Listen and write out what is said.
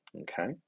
Okay